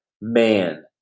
man